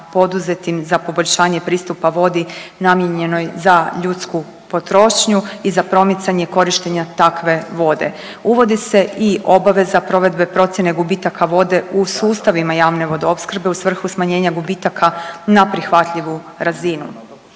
poduzetim za poboljšanje pristupa vodi namijenjenoj za ljudsku potrošnju i za promicanje korištenja takve vode. Uvodi se i obaveza provedbe procjene gubitka vode u sustavima javne vodoopskrbe u svrhu smanjenja gubitaka na prihvatljivu razinu.